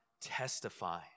testify